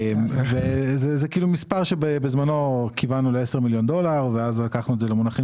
זה מספר שבזמנו כיוונו ל-10 מיליון דולר ואז לקחנו את זה למונחים